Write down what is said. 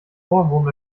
ohrwurm